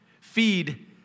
feed